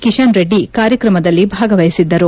ಕೆಶನ್ರೆಡ್ಡಿ ಕಾರ್ಯಕ್ರಮದಲ್ಲಿ ಭಾಗವಹಿಸಿದ್ದರು